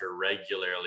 regularly